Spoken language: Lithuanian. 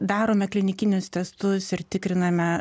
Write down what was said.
darome klinikinius testus ir tikriname